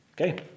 Okay